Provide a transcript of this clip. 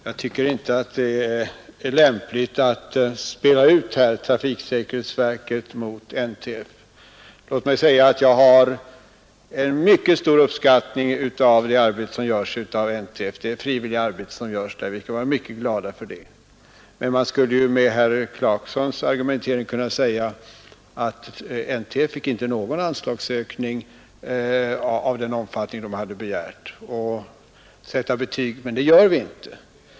Herr talman! Jag tycker inte att det är lämpligt att spela ut trafiksäkerhetsverket mot NTF. Låt mig säga att jag hyser en mycket stor uppskattning av det frivilliga arbete som görs av NTF — vi skall vara mycket glada för det. Man skulle dock med herr Clarksons argumentering kunna säga att NTF inte alls fick någon anslagsökning och sätta betyg efter det, men det gör vi inte.